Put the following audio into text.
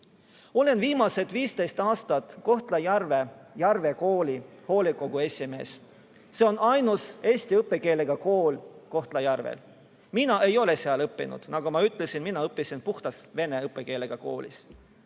Olen viimased 15 aastat olnud Kohtla-Järve Järve Kooli hoolekogu esimees. See on ainus eesti õppekeelega kool Kohtla-Järvel. Mina ei ole seal õppinud. Nagu ma ütlesin, mina õppisin puhtalt vene õppekeelega koolis.